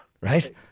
Right